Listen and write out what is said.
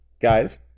Guys